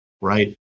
right